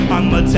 I'ma